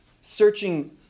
searching